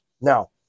Now